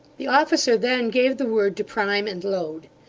the officer then gave the word to prime and load.